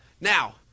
Now